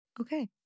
Okay